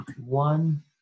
one